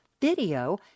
video